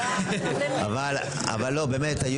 אבל לא, באמת.